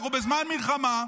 אנחנו בזמן מלחמה.